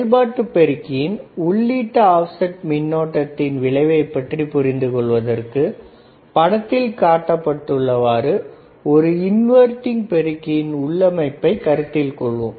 செயல்பாட்டு பெருக்கியின் உள்ளீட்டு ஆப்செட் மின்னோட்டத்தின் விளைவைப் பற்றி புரிந்து கொள்வதற்கு படத்தில் காட்டப்பட்டுள்ளவாறு ஒரு இன்வர்டிங் பெருக்கியின் உள்ளமைப்பை கருத்தில் கொள்வோம்